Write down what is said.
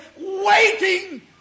waiting